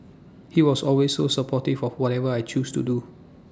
he was always so supportive for whatever I choose to do